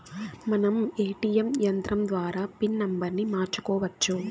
మనం ఏ.టీ.యం యంత్రం ద్వారా పిన్ నంబర్ని మార్చుకోవచ్చు